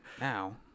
Now